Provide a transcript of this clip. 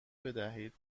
بدهید